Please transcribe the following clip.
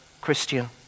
Christian